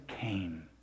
came